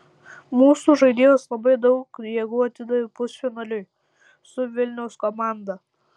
mūsų žaidėjos labai daug jėgų atidavė pusfinaliui su vilniaus komanda